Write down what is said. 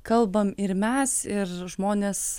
kalbam ir mes ir žmonės